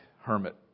hermit